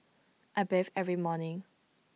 I bathe every morning